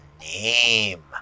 name